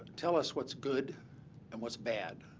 tell us what's good and what's bad.